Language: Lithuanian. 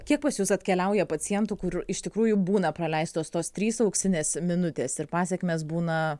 kiek pas jus atkeliauja pacientų kur iš tikrųjų būna praleistos tos trys auksinės minutės ir pasekmės būna